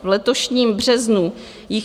V letošním březnu jich